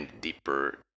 deeper